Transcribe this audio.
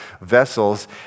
vessels